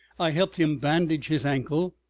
i helped him bandage his ankle,